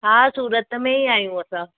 हा सूरत में ई आयूं असां